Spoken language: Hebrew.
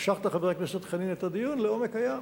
משכת, חבר הכנסת חנין, את הדיון לעומק הים.